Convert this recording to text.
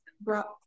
brought